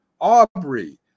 Aubrey